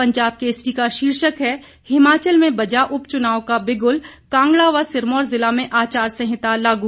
पंजाब केसरी का शीर्षक है हिमाचल में बजा उपच्नाव का बिग्ल कांगड़ा व सिरमौर जिला में आचार संहिता लागू